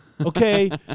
Okay